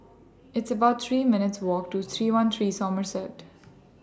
It's about three minutes' Walk to three one three Somerset